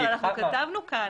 אבל אנחנו כתבנו כאן.